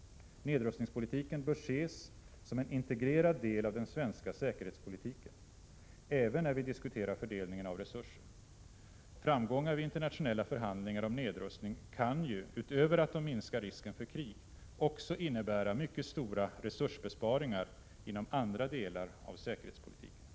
Nedrustningspolitiken bör ses som en integrerad del av den svenska säkerhetspolitiken, även när vi diskuterar fördelningen av resurser. Framgångar vid internationella förhandlingar om nedrustning kan ju — utöver att de minskar risken för krig — också innebära mycket stora resursbesparingar inom andra delar av säkerhetspolitiken.